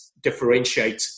differentiate